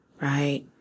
right